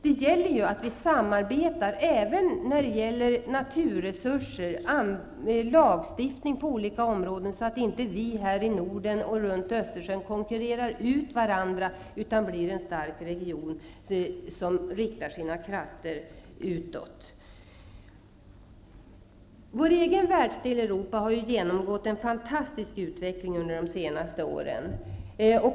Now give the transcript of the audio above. Det gäller att samarbeta även när det gäller naturresurser och lagstiftning på olika områden, så att inte vi här i Norden, länderna runt Östersjön, konkurrerar ut varandra, utan blir en stark region som riktar sina krafter utåt. Vår egen världsdel i Europa har genomgått en fantastisk utveckling under de senaste åren.